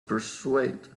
persuaded